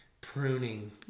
pruning